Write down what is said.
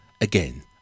again